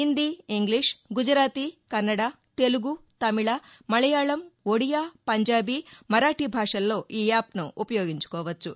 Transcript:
Hindi English Gujarati Kannada Telugu Tamil Malayalam Odia Punjabi Marathi భాషల్లో ఈ యాప్ను ఉపయోగించుకోవచ్చు